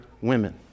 women